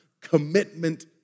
commitment